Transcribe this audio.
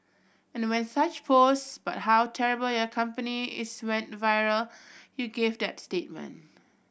and when such posts but how terrible your company is went viral you gave that statement